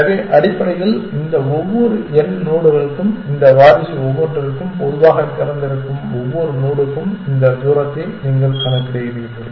எனவே அடிப்படையில் இந்த ஒவ்வொரு n நோடுகளுக்கும் இந்த வாரிசு ஒவ்வொன்றிற்கும் பொதுவாக திறந்திருக்கும் ஒவ்வொரு நோடுக்கும் இந்த தூரத்தை நீங்கள் கணக்கிடுகிறீர்கள்